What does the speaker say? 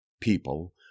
people